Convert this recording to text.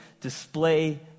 display